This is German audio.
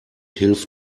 hilf